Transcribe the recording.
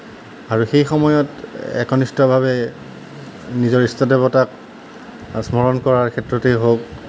আৰু সেই সময়ত একনিষ্ঠভাৱে নিজৰ ৰিস্ত দেৱতাক স্মৰণ কৰাৰ ক্ষেত্ৰতেই হওক